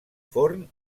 forn